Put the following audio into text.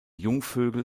jungvögel